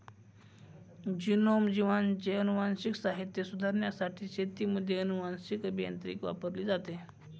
genome, जीवांचे अनुवांशिक साहित्य सुधारण्यासाठी शेतीमध्ये अनुवांशीक अभियांत्रिकी वापरली जाते